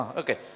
okay